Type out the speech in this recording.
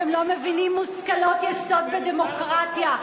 אתם לא מבינים מושכלות יסוד בדמוקרטיה.